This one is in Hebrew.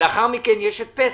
לאחר מכן יש את פסח,